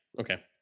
okay